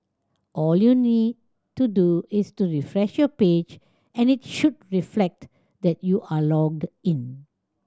all you need to do is to refresh your page and it should reflect that you are logged in